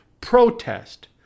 protest